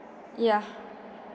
yeah